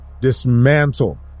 dismantle